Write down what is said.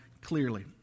clearly